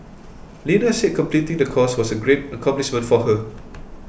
Lena said completing the course was a great accomplishment for her